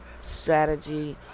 strategy